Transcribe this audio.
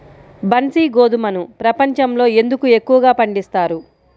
బన్సీ గోధుమను ప్రపంచంలో ఎందుకు ఎక్కువగా పండిస్తారు?